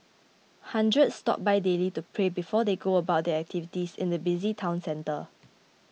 hundreds stop by daily to pray before they go about their activities in the busy town centre